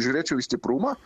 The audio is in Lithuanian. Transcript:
žiūrėčiau į stiprumą